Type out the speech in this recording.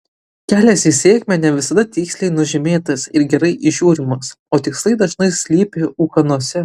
kelias į sėkmę ne visada tiksliai nužymėtas ir gerai įžiūrimas o tikslai dažnai slypi ūkanose